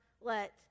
let